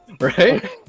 Right